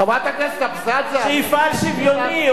חברת הכנסת אבסדזה, את לא נואמת פה.